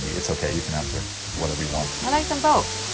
it's okay, you can answer whatever you want i like them both,